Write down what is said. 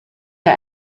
are